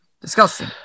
Disgusting